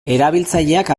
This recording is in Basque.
erabiltzaileak